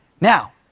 Now